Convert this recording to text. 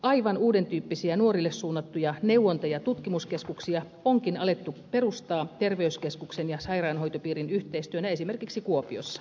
aivan uuden tyyppisiä nuorille suunnattuja neuvonta ja tutkimuskeskuksia onkin alettu perustaa terveyskeskuksen ja sairaanhoitopiirin yhteistyönä esimerkiksi kuopiossa